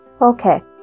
Okay